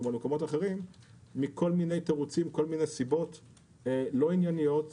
על ידי כל מיני תירוצים וסיבות לא ענייניות.